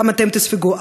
גם אתם תספגו.